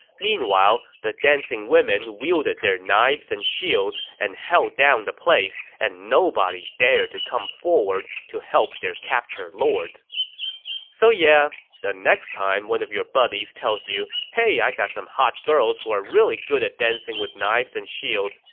meanwhile, the dancing women wielded their knives and shields and held down the place, and nobody dared to come forward to help their captured lords so yeah, the next time one of your buddies tells you, hey i've got some hot girls who are really good at dancing with knives and shields,